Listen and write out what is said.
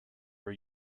were